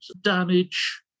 damage